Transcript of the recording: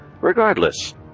Regardless